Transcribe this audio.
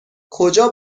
کجا